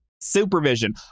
Supervision